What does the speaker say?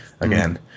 again